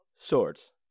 swords